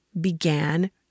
began